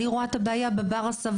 אני רואה את העניין של בר הסבה,